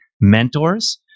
mentors